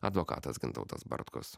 advokatas gintautas bartkus